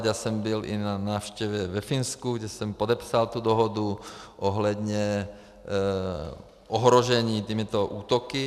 Já jsem byl i na návštěvě ve Finsku, kde jsem podepsal dohodu ohledně ohrožení těmito útoky.